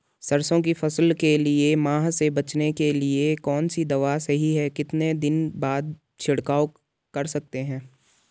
सरसों की फसल के लिए माह से बचने के लिए कौन सी दवा सही है कितने दिन बाद छिड़काव कर सकते हैं?